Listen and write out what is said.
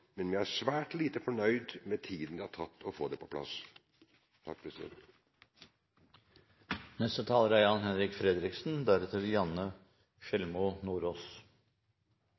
men vi er svært lite fornøyd med tiden det har tatt å få det på plass.